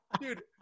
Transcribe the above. dude